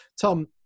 Tom